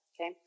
okay